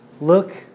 look